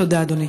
תודה, אדוני.